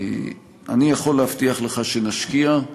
אני יכול להבטיח לך שנשקיע,